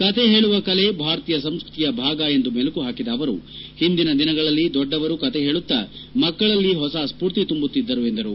ಕತೆ ಹೇಳುವ ಕಲೆ ಭಾರತೀಯ ಸಂಸ್ಕತಿಯ ಭಾಗ ಎಂದು ಮೆಲುಕುಹಾಕಿದ ಅವರು ಹಿಂದಿನ ದಿನಗಳಲ್ಲಿ ದೊಡ್ಡವರು ಕತೆ ಹೇಳುತ್ತಾ ಮಕ್ಕಳಲ್ಲಿ ಹೊಸ ಸ್ಪೂರ್ತಿ ತುಂಬುತ್ತಿದ್ದರು ಎಂದರು